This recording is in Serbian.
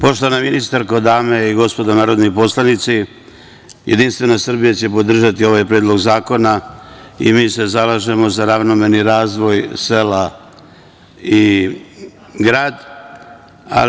Poštovana ministarko, dame i gospodo narodni poslanici, Jedinstvena Srbija će podržati ovaj predlog zakona i mi se zalažemo za ravnomerni razvoj sela i grada.